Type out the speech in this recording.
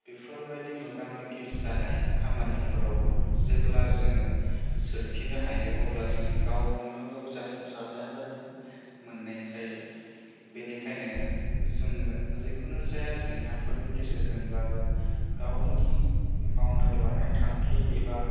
बेफोरबादि मोगा मोगि जानाय खामानिफोराव जेब्ला जोङो सोरखिनो हायो अब्ला जों गावखौनो गाव जाफुंसारनाय बादि मोननाय जायो बेनिखायनो जोङो जिखुनु जाया जेंनाफोरनि गेजेरजोंब्लाबो गावनि मावनो लानाय थांखि एबा